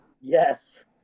Yes